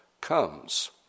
comes